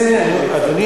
אדוני,